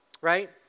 right